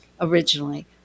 originally